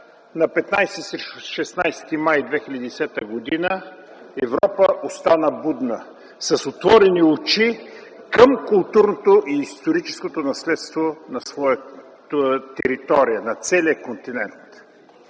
срещу 16 май 2010 г. Европа остана будна с отворени очи към културното и историческото наследство на своята територия, на целия континент.